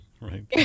Right